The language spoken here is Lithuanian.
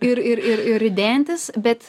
ir ir ir ir ridentis bet